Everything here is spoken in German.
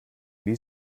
wie